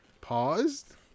paused